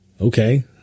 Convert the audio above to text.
okay